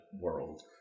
world